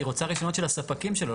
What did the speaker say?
היא רוצה רישיונות של הספקים שלו,